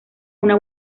una